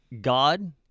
God